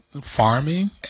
farming